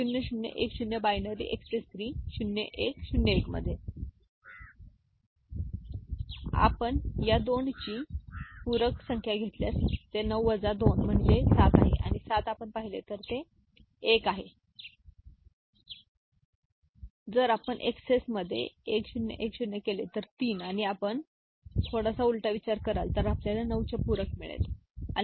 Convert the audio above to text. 0 0 1 0 binary XS 3 0 1 0 1 मध्ये आपण या 2 ची पूरक संख्या घेतल्यास ते 9 वजा 2 म्हणजे 7 आहे आणि 7 जर आपण ते पाहिले तर ते 1 आहे जर आपण XS मध्ये 1010 केले तर 3 आणि आपण येथे थोडासा उलट कराल तर आपल्याला 9 चे पूरक मिळेल नाही